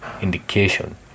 indication